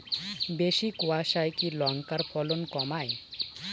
বেশি কোয়াশায় কি লঙ্কার ফলন কমায়?